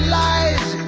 lies